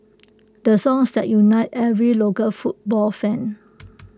the songs that unites every local football fan